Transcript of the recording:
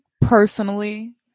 personally